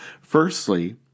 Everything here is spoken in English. firstly